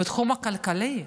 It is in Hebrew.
בתחום הכלכלי,